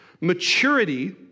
Maturity